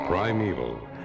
Primeval